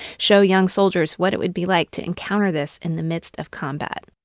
show young soldiers what it would be like to encounter this in the midst of combat.